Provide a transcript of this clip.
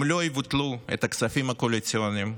אם לא יבוטלו הכספים הקואליציוניים,